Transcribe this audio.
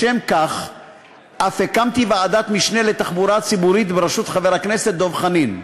לשם כך אף הקמתי ועדת משנה לתחבורה ציבורית בראשות חבר הכנסת דב חנין.